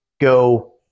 go